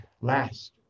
last